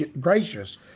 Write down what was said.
gracious